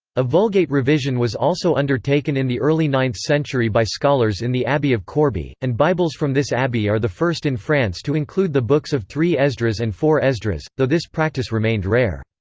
a vulgate revision was also undertaken in the early ninth century by scholars in the abbey of corbie, and bibles from this abbey are the first in france to include the books of three esdras and four esdras, though this practice remained rare.